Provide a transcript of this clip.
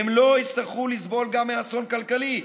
הם לא יצטרכו לסבול גם מאסון כלכלי.